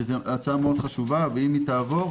וזו הצעה מאוד חשובה ואם היא תעבור,